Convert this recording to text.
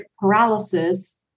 paralysis